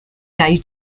kaj